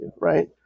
right